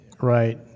Right